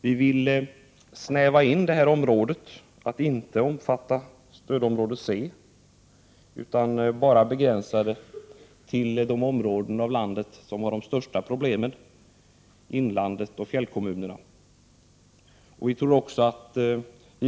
Vi vill göra det här området snävare så att det inte omfattar stödområde C och begränsa stödet bara till de områden i landet som har de största problemen, inlandet och fjällkommunerna.